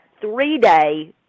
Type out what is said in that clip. three-day